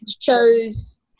shows